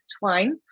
twine